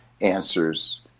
answers